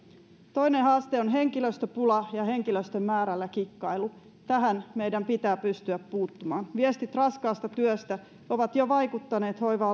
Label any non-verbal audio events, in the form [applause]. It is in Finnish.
toinen haaste on henkilöstöpula ja henkilöstön määrällä kikkailu tähän meidän pitää pystyä puuttumaan viestit raskaasta työstä ovat jo vaikuttaneet hoiva [unintelligible]